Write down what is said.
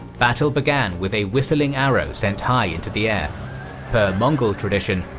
battle began with a whistling arrow sent high into the air per mongol tradition,